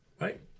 Right